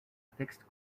fixed